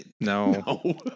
No